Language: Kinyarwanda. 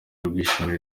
rwishimira